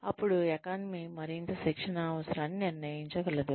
అప్పుడు ఏకానమి మరింత శిక్షణ అవసరాన్ని నిర్ణయించగలదు